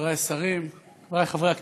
חברי השרים, חברי חברי הכנסת,